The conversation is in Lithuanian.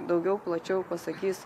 daugiau plačiau pasakys